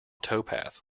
towpath